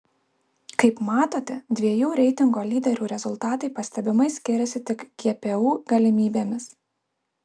kaip matote dviejų reitingo lyderių rezultatai pastebimai skiriasi tik gpu galimybėmis